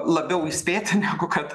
labiau įspėti negu kad